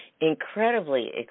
incredibly